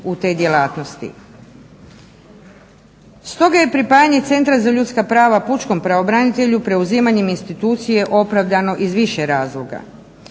u te djelatnosti. Stoga je pripajanje Centra za ljudska prava pučkom pravobranitelju preuzimanjem institucije opravdano iz više razloga.